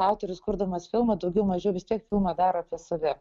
autorius kurdamas filmą daugiau mažiau vis tiek filmą daro apie save